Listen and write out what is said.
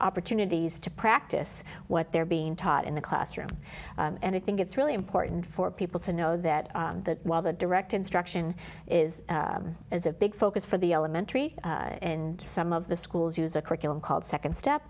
opportunities to practice what they're being taught in the classroom and i think it's really important for people to know that while the direct instruction is as a big focus for the elementary and some of the schools use a curriculum called second step